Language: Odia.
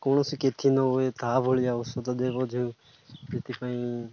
କୌଣସି କ୍ଷତି ନ ହୁଏ ତାହା ଭଳି ଔଷଧ ଦେବ ଯେଉଁ ସେଥିପାଇଁ